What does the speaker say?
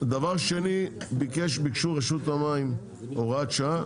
דבר שני, ביקשו רשות המים הוראת שעה.